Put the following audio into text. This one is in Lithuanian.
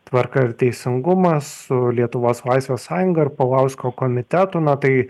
tvarka ir teisingumas su lietuvos laisvės sąjunga ir palausko komitetu na tai